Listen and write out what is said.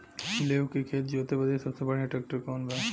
लेव के खेत जोते बदे सबसे बढ़ियां ट्रैक्टर कवन बा?